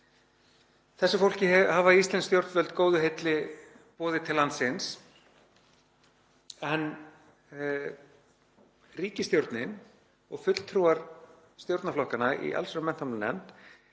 Þessu fólki hafa íslensk stjórnvöld góðu heilli boðið til landsins en ríkisstjórnin og fulltrúar stjórnarflokkanna í allsherjar- og menntamálanefnd